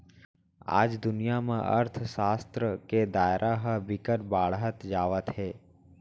आज दुनिया म अर्थसास्त्र के दायरा ह बिकट बाड़हत जावत हे